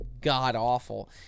god-awful